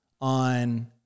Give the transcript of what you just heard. on